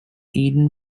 eden